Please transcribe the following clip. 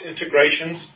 integrations